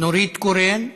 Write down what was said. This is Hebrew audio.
נורית קורן.